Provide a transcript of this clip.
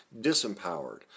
disempowered